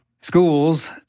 schools